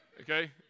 okay